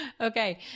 Okay